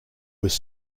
was